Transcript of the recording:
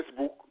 Facebook